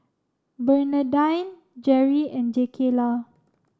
Bernadine Jeri and Jakayla